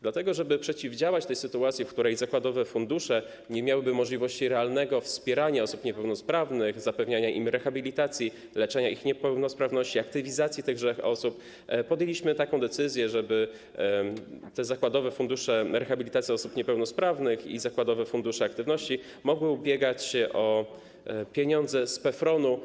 Dlatego, żeby przeciwdziałać sytuacji, w której zakładowe fundusze nie miałyby możliwości realnego wspierania osób niepełnosprawnych, zapewniania im rehabilitacji, leczenia ich niepełnosprawności, aktywizacji tychże osób, podjęliśmy decyzję, aby zakładowe fundusze rehabilitacji osób niepełnosprawnych i zakładowe fundusze aktywności mogły ubiegać się o pieniądze z PFRON-u.